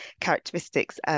characteristics